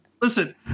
Listen